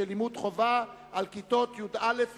ההסתייגות של קבוצת סיעת מרצ,